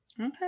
Okay